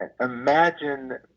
imagine